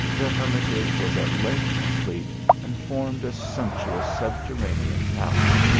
the hermitage was at length complete and formed a sumptuous subter ranean palace.